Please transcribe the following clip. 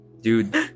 Dude